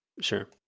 Sure